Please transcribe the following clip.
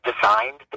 designed